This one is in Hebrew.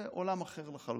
זה עולם אחר לחלוטין.